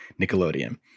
Nickelodeon